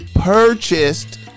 purchased